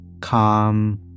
Calm